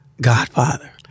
godfather